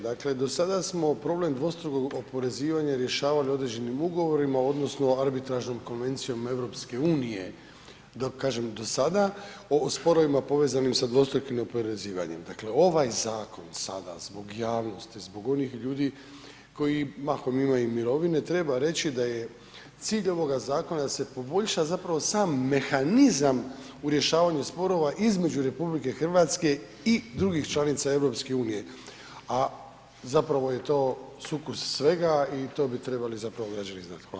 Dakle, do sada smo problem dvostrukog oporezivanja rješavali određenim ugovorima, odnosno arbitražnom konvencijom EU, da kažem, do sada o sporovima povezanim sa dvostrukim oporezivanjem, dakle, ovaj zakon sada zbog javnosti, zbog onih ljudi koji mahom imaju mirovine, treba reći da je cilj ovoga zakona da se poboljša zapravo sam mehanizam u rješavanju sporova između RH i drugih članica EU, a zapravo je to sukus svega i to bi trebali zapravo građani znati.